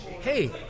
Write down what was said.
hey